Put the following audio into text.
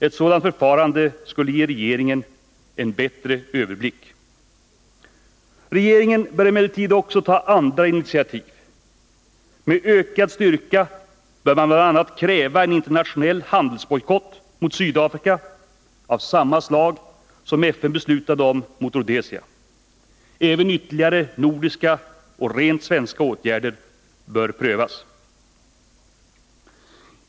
Ett sådant förfarande skulle ge regeringen en bättre överblick. Regeringen bör emellertid också ta andra initiativ. Med ökad styrka bör regeringen bl.a. kräva en internationell handelsbojkott mot Sydafrika, av samma slag som FN beslutade om mot Rhodesia. Även ytterligare nordiska och rent svenska åtgärder bör prövas.